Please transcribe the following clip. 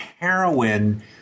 heroin